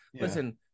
Listen